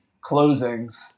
closings